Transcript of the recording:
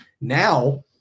Now